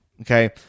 Okay